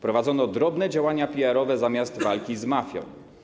Prowadzono drobne działania PR-owskie zamiast walki z mafią.